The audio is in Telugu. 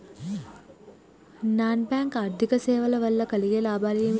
నాన్ బ్యాంక్ ఆర్థిక సేవల వల్ల కలిగే లాభాలు ఏమిటి?